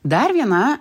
dar viena